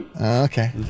Okay